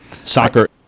soccer